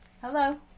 Hello